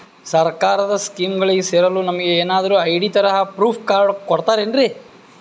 ಸರ್ಕಾರದ ಸ್ಕೀಮ್ಗಳಿಗೆ ಸೇರಲು ನಮಗೆ ಏನಾದ್ರು ಐ.ಡಿ ತರಹದ ಪ್ರೂಫ್ ಕಾರ್ಡ್ ಕೊಡುತ್ತಾರೆನ್ರಿ?